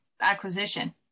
acquisition